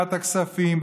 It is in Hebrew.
וועדת הכספים,